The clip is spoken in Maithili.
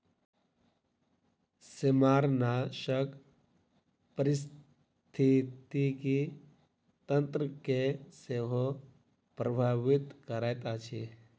सेमारनाशक पारिस्थितिकी तंत्र के सेहो प्रभावित करैत अछि